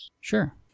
Sure